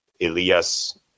Elias